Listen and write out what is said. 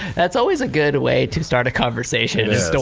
that's always a good way to start a conversation just to